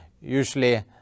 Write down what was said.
usually